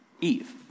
Eve